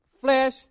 flesh